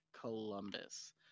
columbus